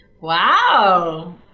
Wow